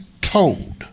told